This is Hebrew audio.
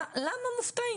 למה מופתעים.